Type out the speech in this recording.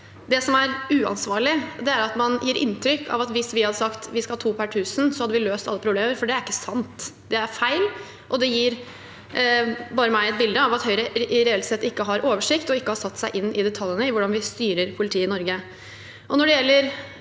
Det som er uansvarlig, er at man gir inntrykk av at hvis vi hadde sagt at vi skal ha to per tusen, hadde vi løst alle problemer. Det er ikke sant, det er feil. Det gir meg et bilde av at Høyre reelt sett ikke har oversikt og ikke har satt seg inn i detaljene i hvordan vi styrer politiet i Norge.